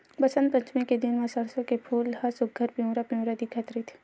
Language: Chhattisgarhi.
बसंत पचमी के दिन म सरसो के फूल ह सुग्घर पिवरा पिवरा दिखत रहिथे